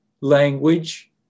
language